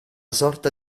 sorta